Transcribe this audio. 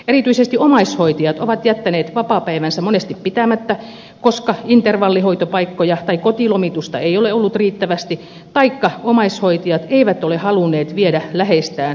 erityisesti omaishoitajat ovat jättäneet vapaapäivänsä monesti pitämättä koska intervallihoitopaikkoja tai kotilomitusta ei ole ollut riittävästi taikka omaishoitajat eivät ole halunneet viedä läheistään laitokseen